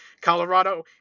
Colorado